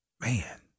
man